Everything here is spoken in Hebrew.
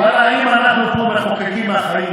ואללה, אם אנחנו מחוקקים מהחיים